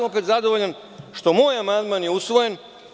Opet, zadovoljan sam što je moj amandman usvojen.